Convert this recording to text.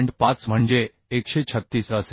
5 म्हणजे 136 असेल